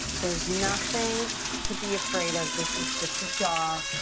there's nothing to be afraid of. this is just a jar.